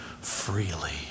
freely